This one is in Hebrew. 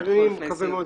בבקשה.